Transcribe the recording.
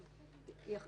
אמת.